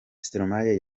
stromae